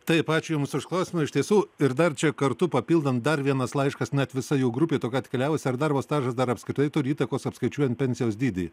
taip ačiū jums už klausimą iš tiesų ir dar čia kartu papildant dar vienas laiškas net visa jų grupė tokia atkeliavusi ar darbo stažas dar apskritai turi įtakos apskaičiuojant pensijos dydį